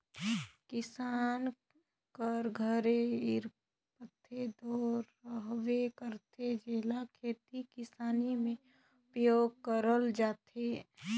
किसान कर घरे इरूपरे दो रहबे करथे, जेला खेती किसानी मे उपियोग करल जाथे